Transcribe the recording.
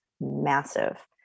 massive